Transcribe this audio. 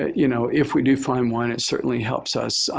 you know, if we do find one, it certainly helps us